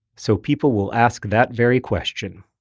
so people will ask that very question.